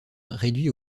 réduit